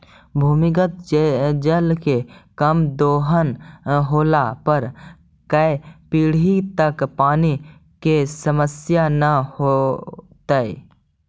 भूमिगत जल के कम दोहन होला पर कै पीढ़ि तक पानी के समस्या न होतइ